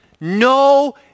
No